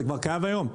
זה כבר קיים היום.